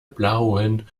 blauen